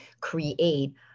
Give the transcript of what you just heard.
create